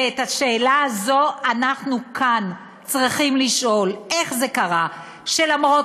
ואת השאלה הזו אנחנו כאן צריכים לשאול: איך זה קרה שלמרות